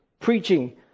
Preaching